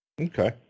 Okay